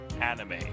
anime